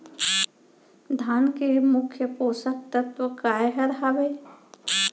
धान के मुख्य पोसक तत्व काय हर हावे?